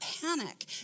panic